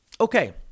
Okay